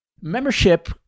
Membership